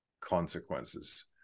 consequences